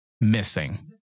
missing